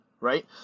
Right